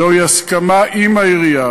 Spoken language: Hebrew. זוהי הסכמה עם העירייה.